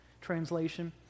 translation